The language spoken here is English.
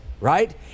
right